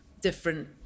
different